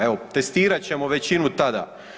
Evo testirat ćemo većinu tada.